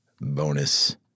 bonus